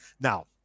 Now